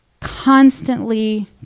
constantly